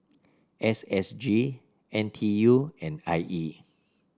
S S G N T U and I E